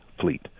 fleet